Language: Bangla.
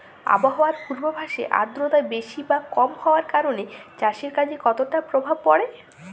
আবহাওয়ার পূর্বাভাসে আর্দ্রতা বেশি বা কম হওয়ার কারণে চাষের কাজে কতটা প্রভাব পড়ে?